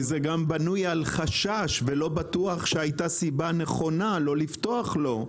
כי זה גם בנוי על חשש ולא בטוח שהייתה סיבה נכונה לא לפתוח לו.